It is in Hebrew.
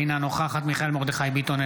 אינה נוכחת מיכאל מרדכי ביטון,